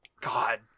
God